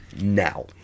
Now